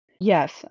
Yes